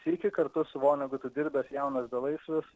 sykį kartu su vonegutu dirbęs jaunas belaisvis